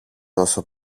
τόσο